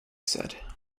said